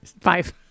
Five